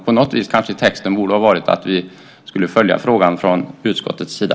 Texten kanske borde ha varit att vi ska följa frågan från utskottets sida.